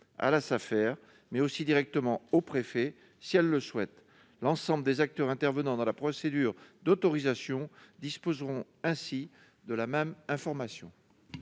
procédure, mais aussi directement au préfet si elles le souhaitent. L'ensemble des acteurs intervenant dans la procédure d'autorisation disposeront ainsi de la même information.